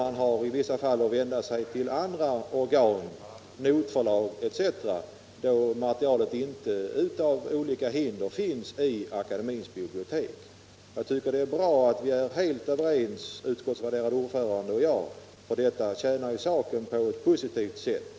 Man får i vissa fall vända sig till andra organ, notförlag etc., då materialet på grund av olika hinder inte finns i Musikaliska akademiens bibliotek. Jag tycker det är bra att vi är överens om detta, utskottets värderade ordförande och jag. Enigheten bör tjäna saken på ett positivt sätt.